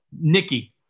Nikki